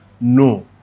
no